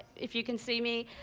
if you can see me.